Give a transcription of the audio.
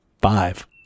five